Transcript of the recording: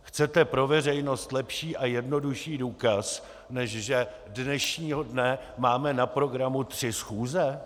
Chcete pro veřejnost lepší a jednodušší důkaz, než že dnešního dne máme na programu tři schůze?